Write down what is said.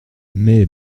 mais